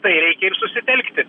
tai reikia ir susitelkti